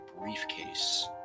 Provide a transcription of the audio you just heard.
briefcase